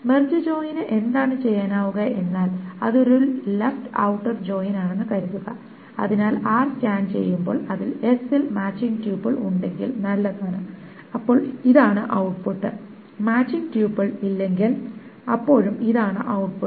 merge ജോയിനിനു എന്താണ് ചെയ്യാനാവുക എന്നാൽ അത് ഒരു ലെഫ്റ് ഔട്ടർ ജോയിൻ ആണെന്ന് കരുതുക അതിനാൽ r സ്കാൻ ചെയ്യുമ്പോൾ അതിനാൽ s ൽ മാച്ചിങ് ട്യൂപ്പിൾ ഉണ്ടെങ്കിൽ നല്ലതാണു അപ്പോൾ ഇതാണ് ഔട്ട്പുട്ട് മാച്ചിങ് ട്യൂപ്പിൾ ഇല്ലെങ്കിൽ അപ്പോഴും ഇതാണ് ഔട്ട്പുട്ട്